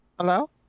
Hello